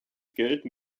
gelten